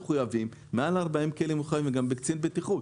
חברה עם מעל 40 כלים מחויבת בקצין בטיחות.